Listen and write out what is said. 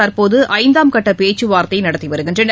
தற்போதுஐந்தாம் கட்டபேச்சுவார்த்தைநடத்திவருகின்றனர்